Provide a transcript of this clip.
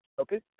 okay